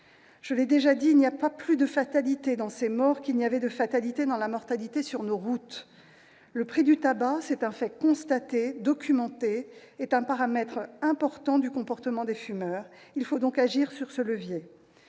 Je l'ai déjà dit, il n'y a pas plus de fatalité dans ces morts qu'il n'y avait de fatalité dans la mortalité sur nos routes. Le prix du tabac, c'est un fait constaté, documenté, est un paramètre important du comportement des fumeurs : il faut donc agir sur ce levier.